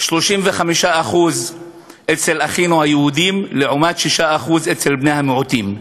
35% אצל אחינו היהודים לעומת 6% אצל בני המיעוטים,